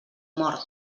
mort